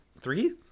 three